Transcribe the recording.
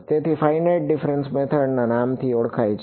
તેથી તે finite difference method ના નામથી ઓળખાય છે